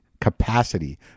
capacity